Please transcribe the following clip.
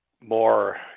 more